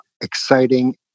exciting